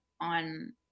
on